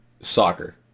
soccer